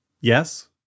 Yes